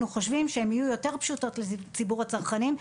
חושבים שהן יהיו יותר פשוטות לציבור הצרכנים,